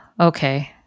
Okay